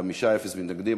חמישה בעד, אין מתנגדים.